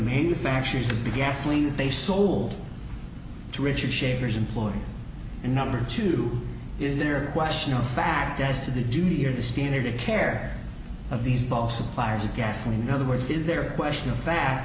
manufacturers the ghastly they sold to richard shavers employee and number two is there question of fact as to the duty or the standard of care of these both suppliers of gasoline in other words is there a question of fa